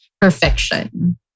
perfection